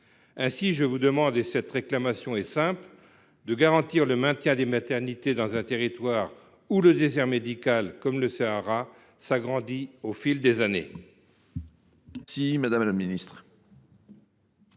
Ainsi, je vous demande tout simplement de garantir le maintien des maternités dans un territoire où le désert médical, comme le Sahara, s’agrandit au fil des années.